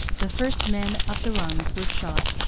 the first men up the rungs were shot,